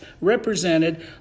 represented